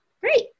great